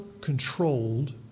controlled